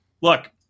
Look